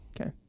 Okay